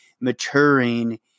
maturing